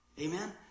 Amen